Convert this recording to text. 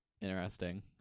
interesting